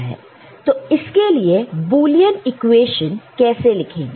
तो इसके लिए बुलियन इक्वेशन कैसे लिखेंगे